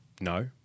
no